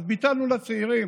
אז ביטלנו לצעירים.